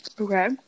Okay